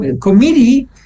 committee